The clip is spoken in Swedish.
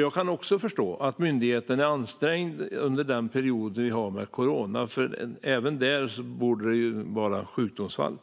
Jag kan också förstå att myndigheten är ansträngd under perioden med corona, för även där är det förstås sjukdomsfall.